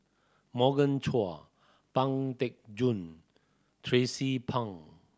Morgan Chua Pang Teck Joon Tracie Pang